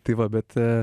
tai va bet